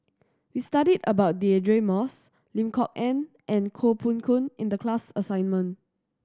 we studied about Deirdre Moss Lim Kok Ann and Koh Poh Koon in the class assignment